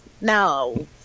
no